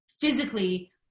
physically